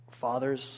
fathers